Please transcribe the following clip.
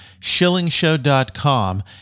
shillingshow.com